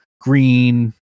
green